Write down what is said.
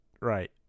Right